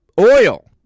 oil